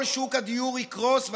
כל שוק הדיור יקרוס,